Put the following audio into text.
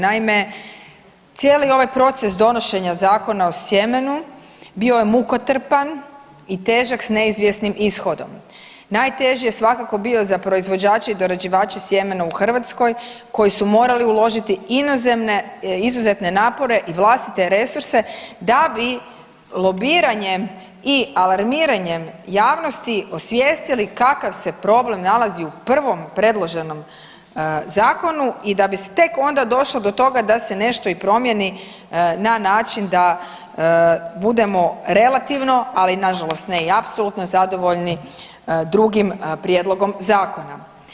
Naime, cijeli ovaj proces donošenja Zakona o sjemenu bio je mukotrpan i težak s neizvjesnim ishodom, najteži je svakako bio za proizvođače i dorađivače sjemena u Hrvatskoj koji su morali uložiti izuzetne napore i vlastite resurse da bi lobiranjem i alarmiranjem javnosti osvijestili kakav se problem nalazi u prvom predloženom zakonu i da bi se tek onda došlo do toga da se nešto i promijeni na način da budemo relativno, ali nažalost ne i apsolutno zadovoljni drugim prijedlogom zakona.